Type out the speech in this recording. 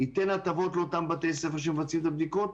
ייתן הטבות לאותם בתי ספר שמבצעים את הבדיקות.